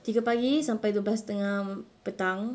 tiga pagi sampai dua belas setengah petang